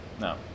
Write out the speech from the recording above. No